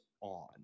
on